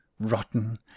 rotten